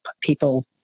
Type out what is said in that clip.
people